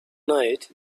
night